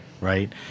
Right